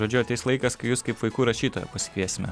žodžiu ateis laikas kai jus kaip vaikų rašytoją pasikviesime